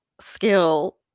skill